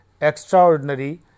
extraordinary